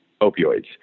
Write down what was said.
opioids